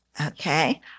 Okay